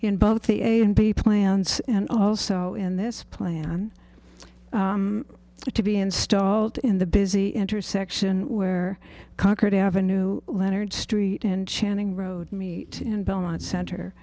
in both the a and b plants and also in this plan to be installed in the busy intersection where concord ave leonard street and channing road meet in belmont center